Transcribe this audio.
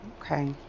Okay